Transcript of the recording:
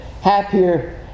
happier